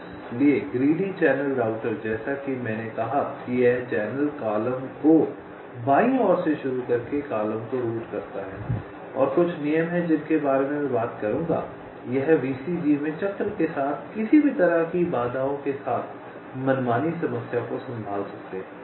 इसलिए greedy channel router जैसा कि मैंने कहा है कि यह चैनल कॉलम को बाईं ओर से शुरू करके कॉलम को रूट करता है और कुछ नियम हैं जिनके बारे में मैं बात करूंगा यह VCG में चक्र के साथ किसी भी तरह की बाधाओं के साथ मनमानी समस्याओं को संभाल सकता है